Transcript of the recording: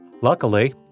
Luckily